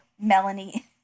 Melanie